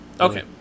Okay